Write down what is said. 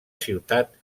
ciutat